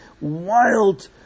wild